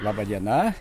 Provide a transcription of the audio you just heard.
laba diena